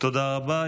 תודה רבה.